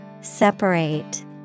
Separate